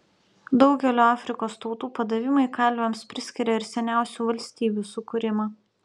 daugelio afrikos tautų padavimai kalviams priskiria ir seniausių valstybių sukūrimą